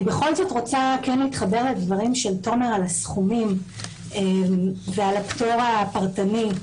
אני בכל זאת רוצה להתחבר לדברים של תומר על הסכומים ועל הפטור הפרטני,